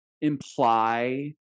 imply